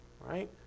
Right